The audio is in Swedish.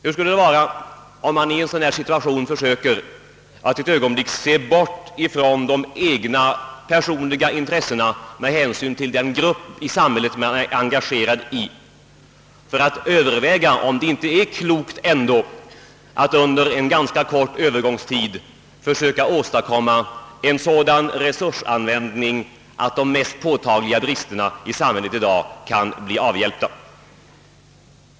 Hur skulle det vara om man i en sådan situation som den nuvarande försökte att ett ögonblick se bort från de personliga intressena hos den grupp i samhället som man företräder för att överväga om det inte är klokt att under en ganska kort övergångstid försöka åstadkomma en sådan resursanvändning att de mest påtagliga bristerna blir avhjälpta?